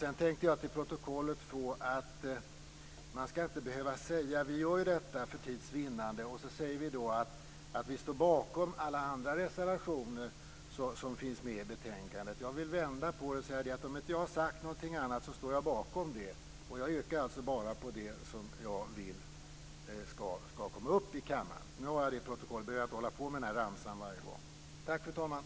Sedan vill jag till protokollet notera att man inte skall behöva säga att man för tids vinnande yrkar bara på en eller ett par reservationer men att man står bakom alla andra reservationer som finns med i betänkandet. Jag vill vända på det hela och säga: Om jag inte har sagt någonting annat så står jag bakom dessa. Jag yrkar alltså bifall bara till det som jag vill skall tas upp till omröstning i kammaren. Jag vill ha detta till protokollet, så jag inte behöver upprepa denna ramsa varenda gång.